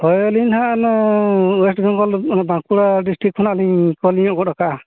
ᱦᱳᱭ ᱟᱹᱞᱤᱧ ᱱᱟᱦᱟᱜ ᱚᱱᱟ ᱳᱭᱮᱥᱴ ᱵᱮᱝᱜᱚᱞ ᱵᱟᱸᱠᱩᱲᱟ ᱰᱤᱥᱴᱤᱠ ᱠᱷᱚᱱᱟᱜ ᱞᱤᱧ ᱯᱷᱳᱱ ᱧᱚᱜ ᱠᱟᱜᱼᱟ